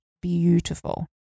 beautiful